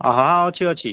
ହଁ ହଁ ଅଛି ଅଛି